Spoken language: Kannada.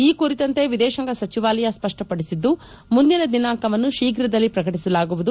ಈ ಕುರಿತಂತೆ ವಿದೇಶಾಂಗ ಸಚಿವಾಲಯ ಸ್ಪಷ್ಟಪಡಿಸಿದ್ದು ಮುಂದಿನ ದಿನಾಂಕವನ್ನು ಶೀಘ್ರದಲ್ಲಿ ಪ್ರಕಟಿಸಲಾಗುವುದು